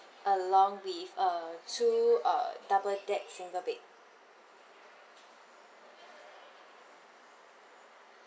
along with uh two uh double deck single bed